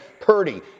Purdy